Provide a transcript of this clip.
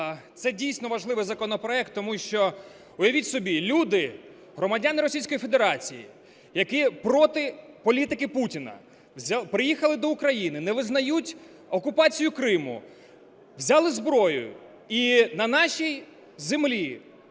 Це дійсно важливий законопроект, тому що уявіть собі, люди, громадяни Російської Федерації, які проти політики Путіна, приїхали до України, не визнають окупацію Криму, взяли зброю і на нашій землі,